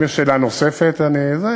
אם יש שאלה נוספת, אוקיי.